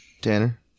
Tanner